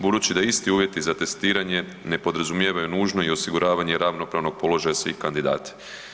Budući da je isti uvjeti za testiranje ne podrazumijevaju nužno i osiguravanje ravnopravnog položaja svih kandidata.